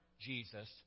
Jesus